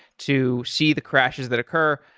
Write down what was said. to see the crashes that occur.